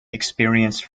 experienced